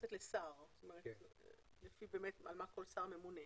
מתייחסת לשר, לפי על מה כל שר ממונה.